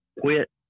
quit